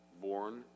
born